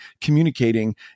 communicating